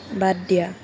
বাদ দিয়া